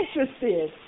interested